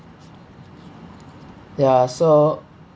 ya so